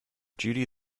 judy